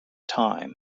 time